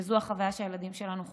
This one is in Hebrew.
זו החוויה שהילדים שלנו חווים,